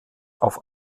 auf